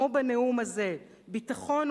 כמו בנאום הזה: "ביטחון",